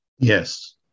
Yes